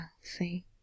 see